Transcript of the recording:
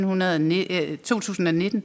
2019